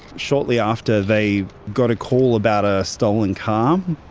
shortly after, they got a call about a stolen car. um